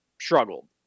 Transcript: struggled